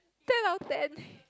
ten out of ten